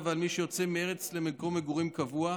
ועל מי שיוצא מהארץ למקום מגורים קבוע,